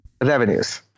Revenues